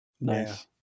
Nice